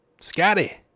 Scotty